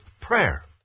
prayer